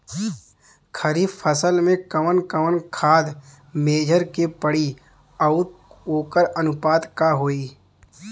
खरीफ फसल में कवन कवन खाद्य मेझर के पड़ी अउर वोकर अनुपात का होई?